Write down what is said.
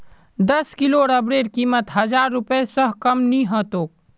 दस किलो रबरेर कीमत हजार रूपए स कम नी ह तोक